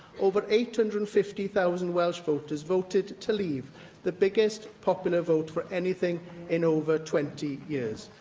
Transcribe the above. over eight hundred and fifty thousand welsh voters voted to leave the biggest popular vote for anything in over twenty years.